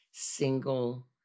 single